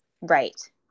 Right